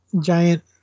giant